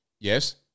Yes